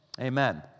Amen